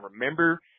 remember